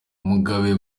mugabe